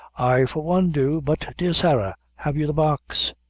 i, for one, do but, dear sarah, have you the box?